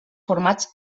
formats